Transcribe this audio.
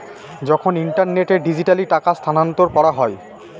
যখন ইন্টারনেটে ডিজিটালি টাকা স্থানান্তর করা হয়